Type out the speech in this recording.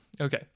Okay